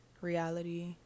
reality